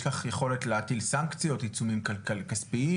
יש לך יכולת להטיל סנקציות, עיצומים כספיים?